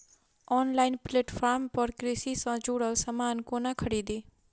Online platform पर कृषि सँ जुड़ल समान कोना खरीदी?